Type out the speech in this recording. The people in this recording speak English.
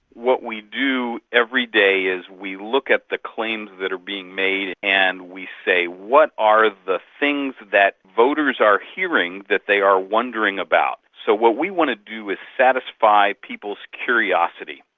what we do every day is we look at the claims that are being made and we say, what are the things that voters are hearing that they are wondering about? so what we want to do is satisfy people's curiosity.